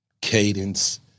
cadence